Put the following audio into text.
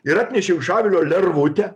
ir atnešiau iš avilio lervutę